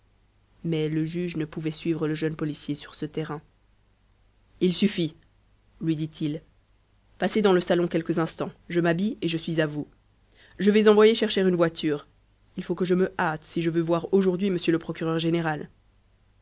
mais le juge ne pouvait suivre le jeune policier sur ce terrain il suffit lui dit-il passez dans le salon quelques instants je m'habille et je suis à vous je vais envoyer chercher une voiture il faut que je me hâte si je veux voir aujourd'hui m le procureur général